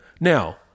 now